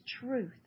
truth